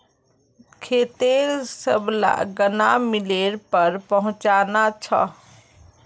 खेतेर सबला गन्ना मिलेर पर पहुंचना छ